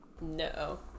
no